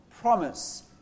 promise